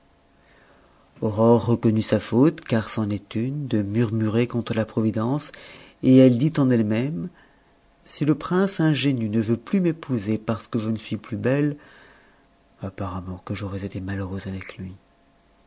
reconnut sa faute car c'en est une de murmurer contre la providence et elle dit en elle-même si le prince ingénu ne veut plus m'épouser parce que je ne suis plus belle apparemment que j'aurais été malheureuse avec lui